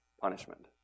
punishment